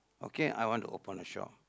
okay I want to open a shop